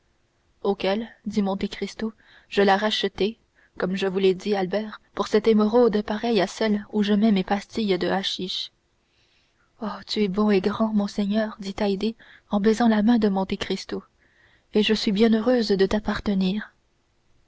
auquel dit monte cristo je la rachetai comme je vous l'ai dit albert pour cette émeraude pareille à celle où je mets mes pastilles de haschich oh tu es bon tu es grand mon seigneur dit haydée en baisant la main de monte cristo et je suis bien heureuse de t'appartenir